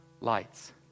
lights